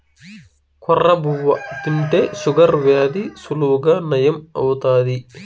కొర్ర బువ్వ తింటే షుగర్ వ్యాధి సులువుగా నయం అవుతాది